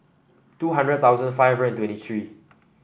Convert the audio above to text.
two hundred thousand five hundred twenty three